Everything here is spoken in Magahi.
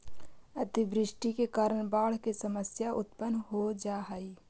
अतिवृष्टि के कारण बाढ़ के समस्या उत्पन्न हो जा हई